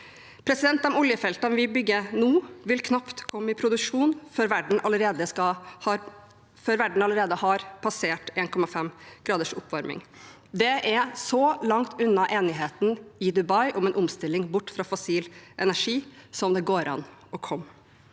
tid. De oljefeltene vi bygger nå, vil knapt komme i produksjon før verden allerede har passert 1,5 graders oppvarming. Det er så langt unna enigheten i Dubai om en omstilling bort fra fossil energi som det går an å komme.